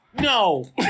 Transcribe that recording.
No